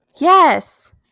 yes